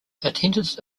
attendance